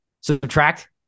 Subtract